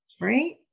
right